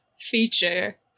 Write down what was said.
feature